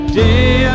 day